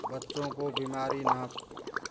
बच्चों को बीमारी न आए